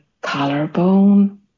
collarbone